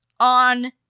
On